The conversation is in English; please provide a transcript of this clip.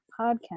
podcast